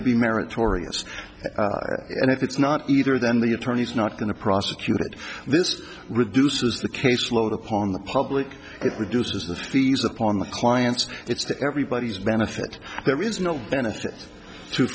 to be meritorious and if it's not either then the attorney is not going to prosecute it this reduces the caseload upon the public it reduces the fees upon the clients it's to everybody's benefit there is no benefit to